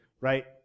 Right